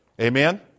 amen